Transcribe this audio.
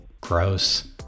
Gross